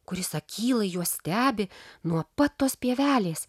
kuris akylai juos stebi nuo pat tos pievelės